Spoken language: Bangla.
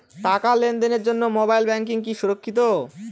টাকা লেনদেনের জন্য মোবাইল ব্যাঙ্কিং কি সুরক্ষিত?